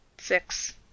Six